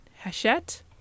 Hachette